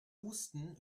husten